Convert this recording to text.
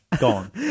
Gone